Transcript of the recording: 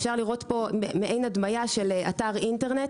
אפשר לראות פה מעין הדמיה של אתר אינטרנט.